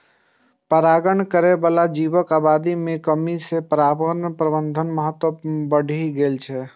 परागण करै बला जीवक आबादी मे कमी सं परागण प्रबंधनक महत्व बढ़ि गेल छै